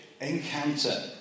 encounter